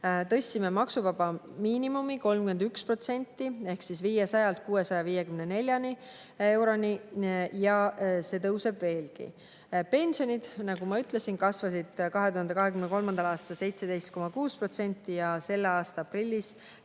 Tõstsime maksuvaba miinimumi 31% ehk 500 eurolt 654 euroni ja see tõuseb veelgi. Pensionid, nagu ma ütlesin, kasvasid 2023. aastal 17,6% ja selle aasta aprillis